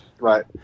Right